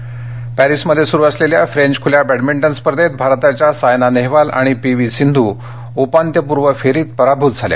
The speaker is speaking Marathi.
फ्रेंच ओपन पॅरिसमध्ये सुरू असलेल्या फ्रेंच खुल्या बॅडमिंटन स्पर्धेत भारताच्या सायना नेहवाल आणि पीव्ही सिंधू उपान्त्यपूर्व फेरीत पराभूत झाल्या